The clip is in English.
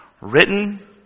written